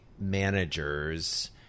managers